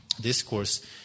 discourse